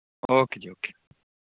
okay ji okay